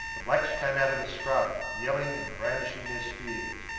the blacks came out of the scrub, yelling and brandishing their spears,